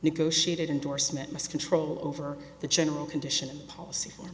negotiated endorsement must control over the general condition policy